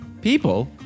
people